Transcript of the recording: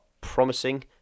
promising